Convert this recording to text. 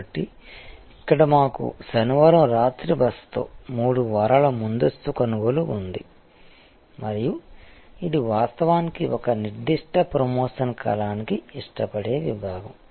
కాబట్టి ఇక్కడ మాకు శనివారం రాత్రి బసతో మూడు వారాల ముందస్తు కొనుగోలు ఉంది మరియు ఇది వాస్తవానికి ఒక నిర్దిష్ట ప్రమోషన్ కాలానికి ఇష్టపడే విభాగం